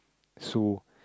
so